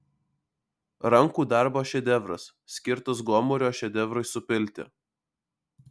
rankų darbo šedevras skirtas gomurio šedevrui supilti